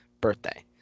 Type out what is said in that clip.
birthday